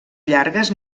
llargues